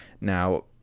Now